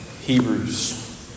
Hebrews